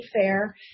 fair